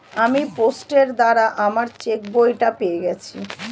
আমি পোস্টের দ্বারা আমার চেকবইটা পেয়ে গেছি